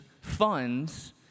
funds